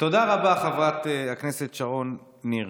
תודה רבה, חברת הכנסת שרון ניר.